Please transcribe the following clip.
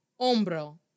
Hombro